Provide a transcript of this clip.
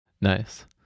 Nice